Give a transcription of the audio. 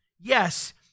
Yes